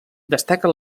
destaca